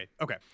Okay